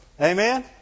Amen